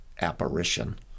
apparition